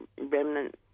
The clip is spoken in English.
remnant